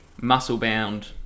muscle-bound